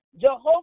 Jehovah